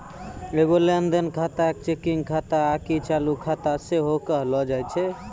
एगो लेन देन खाता के चेकिंग खाता आकि चालू खाता सेहो कहलो जाय छै